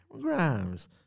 Grimes